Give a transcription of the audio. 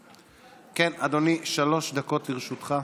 אדוני, שלוש דקות לרשותך.